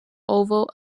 oboe